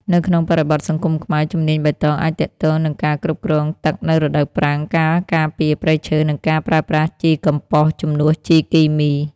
នៅក្នុងបរិបទសង្គមខ្មែរ ជំនាញបៃតងអាចទាក់ទងនឹងការគ្រប់គ្រងទឹកនៅរដូវប្រាំង ការការពារព្រៃឈើ និងការប្រើប្រាស់ជីកំប៉ុស្តជំនួសជីគីមី។